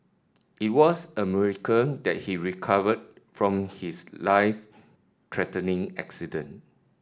it was a miracle that he recovered from his life threatening accident